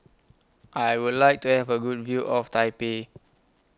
I Would like to Have A Good View of Taipei